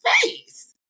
face